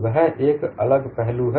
वह एक अलग पहलू है